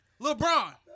LeBron